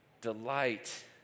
delight